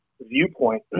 viewpoint